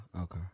okay